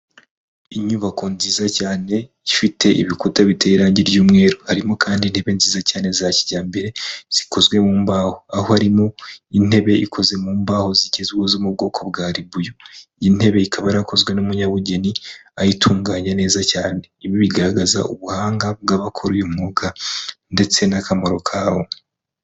Inyubako nziza cyane ifite ibikuta biteye irange ry'umweru, harimo kandi intebe nziza cyane za kijyambere zikozwe mu mbaho, aho arimo intebe ikoze mu mbaho zigezwe zo mu bwoko bwa ribuyu, intebe ikaba yarakozwe n'umunyabugeni ayitunganya neza cyane, ibi bigaragaza ubuhanga bw'abakora uyu mwuga ndetse n'akamaro kawo.